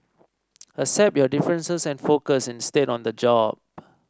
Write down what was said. accept your differences and focus instead on the job